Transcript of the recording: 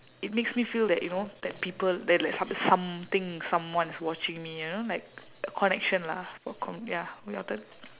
it makes me feel that you know that people that like some~ something someone is watching me you know like connection lah for co~ ya your turn